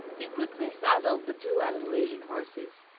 he quickly saddled the two andalusian horses.